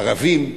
ערבים,